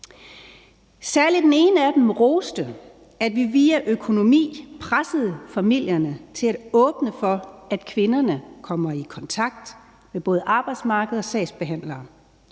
Særlig den ene af dem roste, at vi via økonomi pressede familierne til at åbne for, at kvinderne kommer i kontakt med både arbejdsmarked og sagsbehandlere,